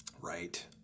Right